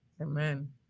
Amen